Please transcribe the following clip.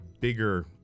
bigger